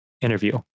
Interview